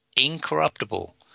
incorruptible